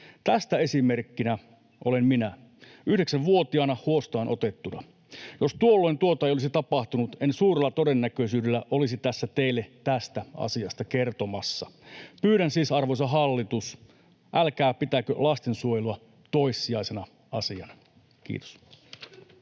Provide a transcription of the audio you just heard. Tästä esimerkkinä olen minä, 9-vuotiaana huostaan otettuna. Jos tuolloin tuota ei olisi tapahtunut, en suurella todennäköisyydellä olisi tässä teille tästä asiasta kertomassa. Pyydän siis, arvoisa hallitus, älkää pitäkö lastensuojelua toissijaisena asiana. — Kiitos.